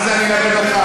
מה זה אני אלמד אותך?